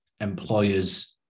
employers